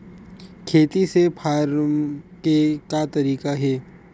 खेती से फारम के का तरीका हे?